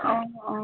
অঁ অঁ